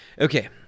Okay